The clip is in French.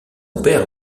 père